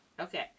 Okay